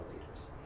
leaders